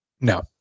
no